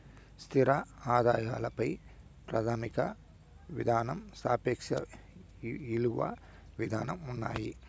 స్థిర ఆదాయాల పై ప్రాథమిక విధానం సాపేక్ష ఇలువ విధానం ఉన్నాయి